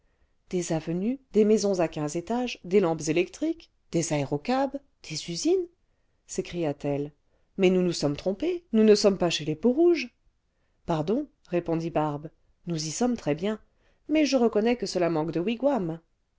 des avenues des maisons à quinze étages des lampes électriques des aérocabs des usines s'écria-t-elle mais nous nous sommes trompés nous ne sommes pas chez les peaux-rouges pardon répondit barbe nous y sommes très bien mais je reconnais que cela manque de